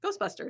Ghostbusters